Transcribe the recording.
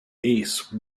ace